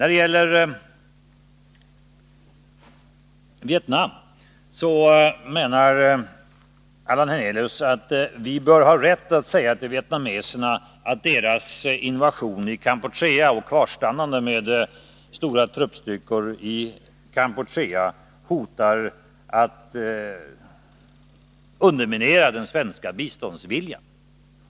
I fråga om Vietnam menar Allan Hernelius att vi bör ha rätt att säga till vietnameserna att deras invasion i Kampuchea och deras kvarstannande där med stora truppstyrkor hotar att underminera den svenska biståndsviljan.